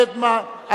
קדמה,